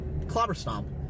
Clobberstomp